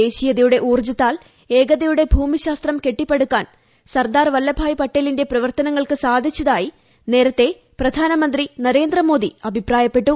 ദേശീയതയുടെ ഊർജത്താൽ ഏകതയുടെ ഭൂമിശാസ്ത്രം കെട്ടിപ്പടുക്കാൻ സർദാർ വല്ലഭ്ഭായി പട്ടേലിന്റെ പ്രവർത്തനങ്ങൾക്ക് സാധിച്ചതായി നേരത്തെ പ്രധാനമന്ത്രി നരേന്ദ്രമോദി അഭിപ്രായപ്പെട്ടു